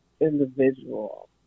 individual